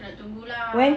kena tunggu lah